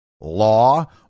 law